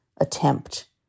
attempt